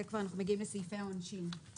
אנחנו כבר מגיעים לסעיפי העונשין עוד מעט.